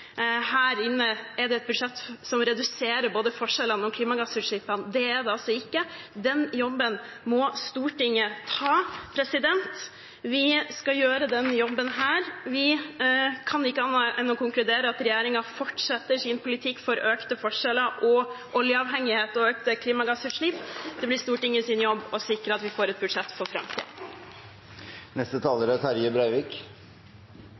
er et budsjett som reduserer både forskjellene og klimagassutslippene. Det er det ikke. Den jobben må Stortinget ta. Vi skal gjøre den jobben. Vi kan ikke annet enn å konkludere med at regjeringen fortsetter sin politikk for økte forskjeller, oljeavhengighet og økte klimagassutslipp. Det blir Stortingets jobb å sikre at vi får et budsjett for